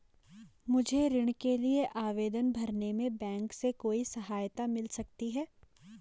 मुझे ऋण के लिए आवेदन भरने में बैंक से कोई सहायता मिल सकती है?